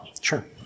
Sure